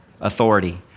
authority